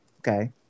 Okay